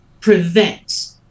prevent